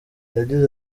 yagize